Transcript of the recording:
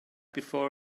before